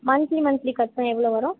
monthly monthly கட்டினா எவ்வளோ வரும்